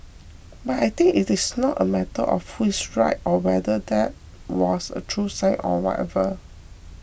but I think it is not a matter of who is right or whether that was a true sign or whatever